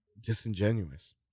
disingenuous